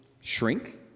shrink